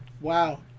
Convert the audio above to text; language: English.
Wow